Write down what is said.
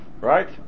Right